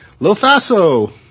Lofaso